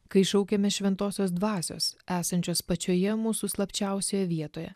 kai šaukiamės šventosios dvasios esančios pačioje mūsų slapčiausioje vietoje